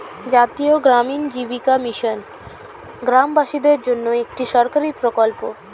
জাতীয় গ্রামীণ জীবিকা মিশন গ্রামবাসীদের জন্যে একটি সরকারি প্রকল্প